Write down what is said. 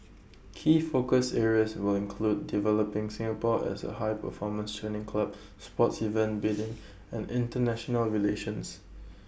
key focus areas will include developing Singapore as A high performance training hub sports events bidding and International relations